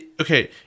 Okay